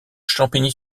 champigny